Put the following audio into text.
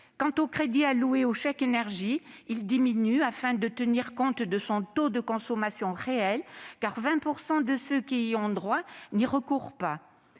Quant aux crédits alloués au chèque énergie, ils diminuent afin de tenir compte de son taux de consommation réel, car 20 % de ceux qui y ont droit n'y recourent pas.